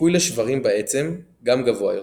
הסיכוי לשברים בעצם גם גבוה יותר.